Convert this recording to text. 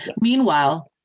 Meanwhile